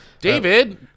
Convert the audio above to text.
David